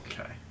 Okay